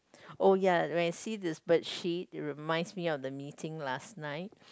oh ya when I see of this bird shit it reminds me of the meeting last night